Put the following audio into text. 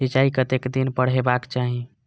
सिंचाई कतेक दिन पर हेबाक चाही?